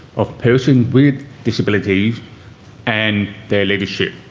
of persons with disabilities and their leadership.